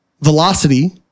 velocity